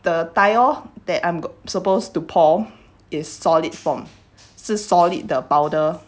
the thiol that I'm supposed to pour is solid form 是 solid 的 powder